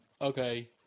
okay